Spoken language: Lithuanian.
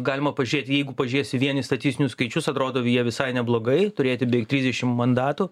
galima pažiūrėt jeigu pažiūrėsi vien į statistinius skaičius atrodo jie visai neblogai turėti baveik trisdešim mandatų